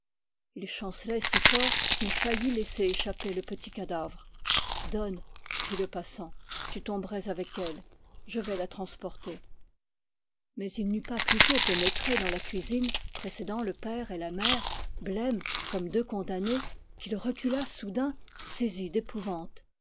il chancelait si fort qu'il faillit laisser échapper le petit cadavre donne fit le passant tu tomberais avec elle je vais la transporter mais il n'eut pas plus tôt pénétré dans la cuisine précédant le père et la mère blêmes comme deux condamnés qu'il recula soudain saisi d'épouvante